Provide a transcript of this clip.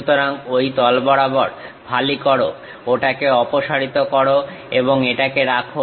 সুতরাং ঐ তল বরাবর ফালি করো ওটাকে অপসারিত করো এবং এটাকে রাখো